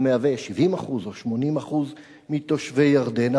המהווה 70% או 80% מתושבי ירדן.